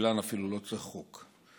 בשבילן אפילו לא צריך חוק.